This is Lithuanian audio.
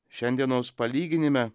šiandienos palyginime